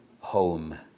home